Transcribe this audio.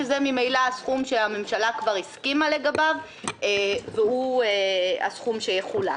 שזה ממילא הסכום שהממשלה כבר הסכימה לגביו והוא הסכום שיחולק.